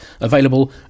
available